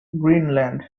greenland